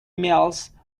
mills